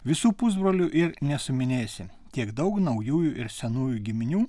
visų pusbrolių ir nesuminėsi tiek daug naujųjų ir senųjų giminių